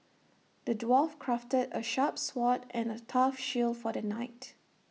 the dwarf crafted A sharp sword and A tough shield for the knight